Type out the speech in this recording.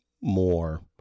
more